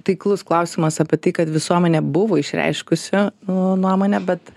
taiklus klausimas apie tai kad visuomenė buvo išreiškusi nuomonę bet